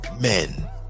men